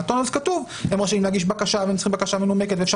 המנגנון יהיה חייב להיות אוטומטי.